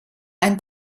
ein